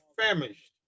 famished